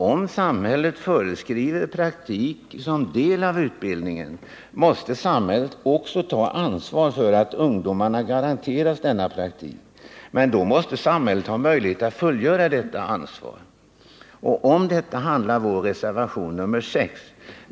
Om samhället föreskriver praktik som del av en utbildning, måste samhället också ta ansvar för att ungdomarna garanteras denna praktik. Men då måste samhället ha möjlighet att fullgöra detta ansvar. Om detta handlar vår reservation nr 6.